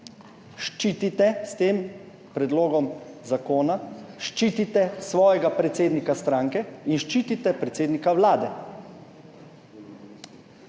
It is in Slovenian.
Svoboda. S tem predlogom zakona ščitite svojega predsednika stranke in ščitite predsednika vlade.